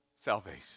salvation